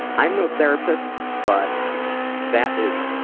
i'm no therapist, but that is